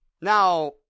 Now